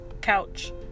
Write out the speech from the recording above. couch